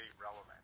relevant